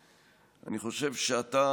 אני חושב שאתה